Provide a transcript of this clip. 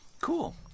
Cool